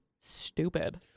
stupid